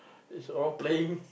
it's a playing